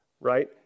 right